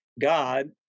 God